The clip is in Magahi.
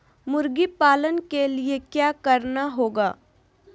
मुर्गी पालन के लिए क्या करना होगा?